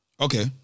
Okay